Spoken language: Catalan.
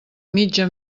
mitja